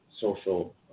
social